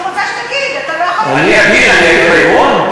אני רוצה שתגיד, אתה לא, אני הייתי באירוע?